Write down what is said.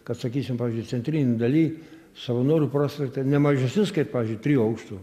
kad sakysim pavyzdžiui centrinėj daly savanorių prospekte ne mažesnius kaip pavyzdžiui trijų aukštų